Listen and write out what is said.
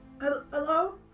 Hello